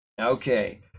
okay